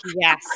yes